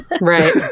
right